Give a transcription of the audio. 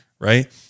Right